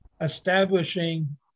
establishing